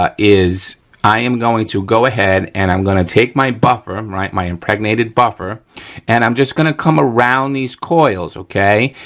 ah is i am going to go ahead and i'm gonna take my buffer, all right, my impregnated buffer and i'm just gonna come around these coils, okay?